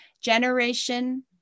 Generation